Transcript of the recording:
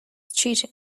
cheating